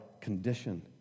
condition